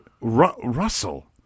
Russell